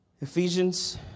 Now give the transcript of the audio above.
Ephesians